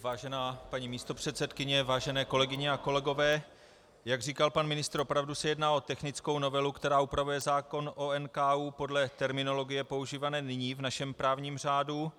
Vážená paní místopředsedkyně, vážené kolegyně a kolegové, jak říkal pan ministr, opravdu se jedná o technickou novelu, která upravuje zákon o NKÚ podle terminologie používané nyní v našem právním řádu.